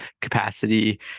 capacity